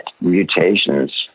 mutations